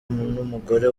n’umugore